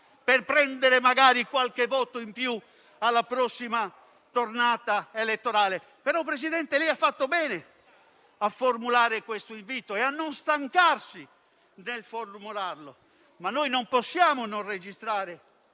per prendere magari qualche voto in più alla prossima tornata elettorale. Signor Presidente, ha fatto bene a formulare questo invito e a non stancarsi di farlo, né possiamo non registrare